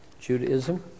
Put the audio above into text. Judaism